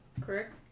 Correct